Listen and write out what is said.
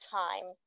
time